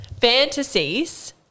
Fantasies